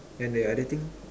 and the other thing